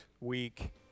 week